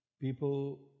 people